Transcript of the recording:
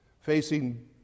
facing